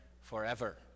forever